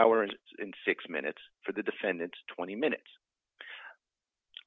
hours and six minutes for the defendant twenty minutes